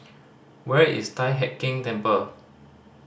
where is Tai Heck Keng Temple